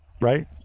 right